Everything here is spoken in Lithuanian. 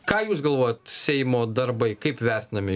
ką jūs galvojat seimo darbai kaip vertinami